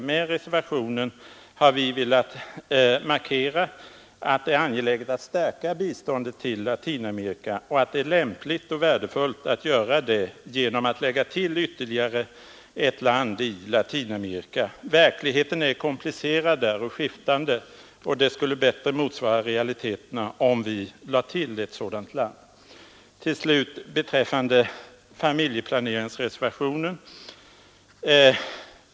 Med reservationen har vi velat markera att det är angeläget att stärka biståndet till Latinamerika och att det är lämpligt och värdefullt att göra det genom att lägga till ytterligare ett mottagarland i Latinamerika. Verkligheten är mångskiftande och komplicerad på denna kontinent, och det skulle ge ett bättre och allsidigare urval om vi lade till ett land. Till sist några ord beträffande familjeplaneringsreservationen.